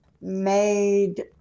made